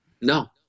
No